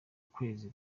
kwezi